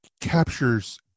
captures